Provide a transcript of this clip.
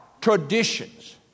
traditions